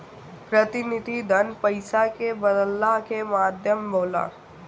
प्रतिनिधि धन पईसा के बदलला के माध्यम होला